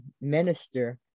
minister